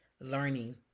learning